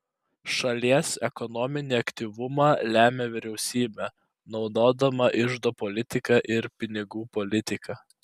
šalies ekonominį aktyvumą lemia vyriausybė naudodama iždo politiką ir pinigų politiką